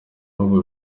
bihugu